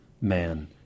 man